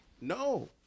No